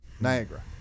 Niagara